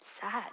sad